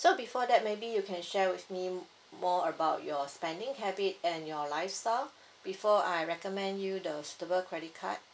so before that maybe you can share with me more about your spending habit and your lifestyle before I recommend you the suitable credit card